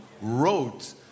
wrote